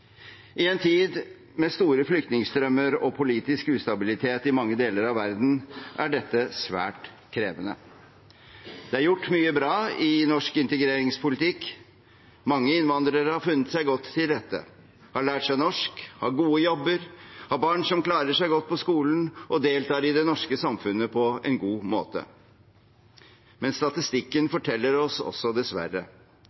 I en tid med store flyktningstrømmer og politisk ustabilitet i mange deler av verden er dette svært krevende. Det er gjort mye bra i norsk integreringspolitikk. Mange innvandrere har funnet seg godt til rette, har lært seg norsk, har gode jobber, har barn som klarer seg godt på skolen og deltar i det norske samfunnet på en god måte. Men statistikken